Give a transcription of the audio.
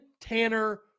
Tanner